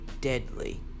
deadly